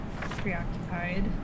preoccupied